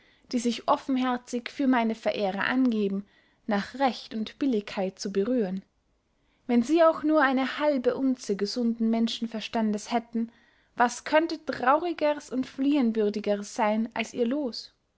die sich offenherzig für meine verehrer angeben nach recht und billigkeit zu berühren wenn sie auch nur eine halbe unze gesunden menschenverstandes hätten was könnte traurigers und fliehenswürdigers seyn als ihr loos